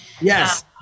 Yes